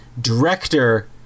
director